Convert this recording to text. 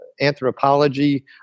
anthropology